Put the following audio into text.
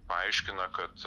paaiškina kad